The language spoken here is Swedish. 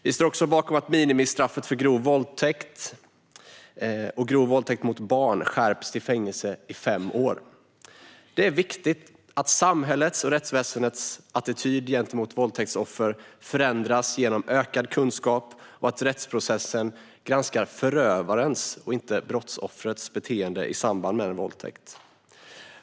Vi står också bakom att minimistraffet för grov våldtäkt och grov våldtäkt mot barn skärps till fängelse i fem år. Det är viktigt att samhällets och rättsväsendets attityd gentemot våldtäktsoffer förändras genom ökad kunskap och att rättsprocessen granskar förövarens och inte brottsoffrets beteende i samband med en våldtäkt.